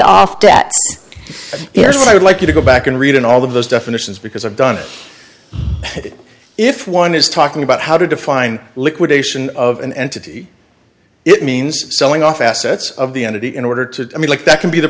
debt here's what i would like you to go back and read in all of those definitions because i've done it if one is talking about how to define liquidation of an entity it means selling off assets of the entity in order to i mean like that can be the